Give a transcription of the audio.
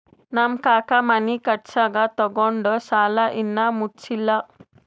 ನಮ್ ಕಾಕಾ ಮನಿ ಕಟ್ಸಾಗ್ ತೊಗೊಂಡ್ ಸಾಲಾ ಇನ್ನಾ ಮುಟ್ಸಿಲ್ಲ